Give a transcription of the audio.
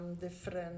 different